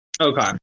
Okay